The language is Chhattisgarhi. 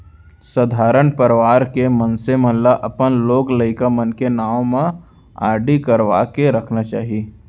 सधारन परवार के मनसे मन ल अपन लोग लइका मन के नांव म आरडी करवा के रखना चाही